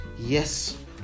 yes